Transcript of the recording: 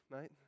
mate